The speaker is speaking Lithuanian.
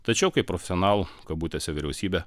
tačiau kaip profesionalų kabutėse vyriausybė